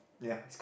ya